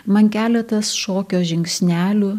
man keletas šokio žingsnelių